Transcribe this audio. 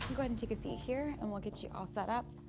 but and take a seat here and we'll get you all set up.